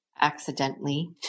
accidentally